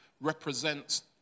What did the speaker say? represents